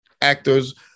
actors